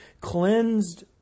cleansed